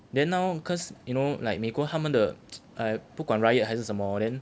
then now cause you know like 美国他们的 不管 riot 还是什么 then